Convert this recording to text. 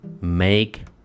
make